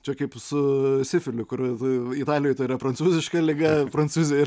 čia kaip su sifiliu kur italijoje tai yra prancūziška liga prancūzijoj